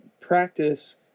practice